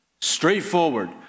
straightforward